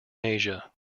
asia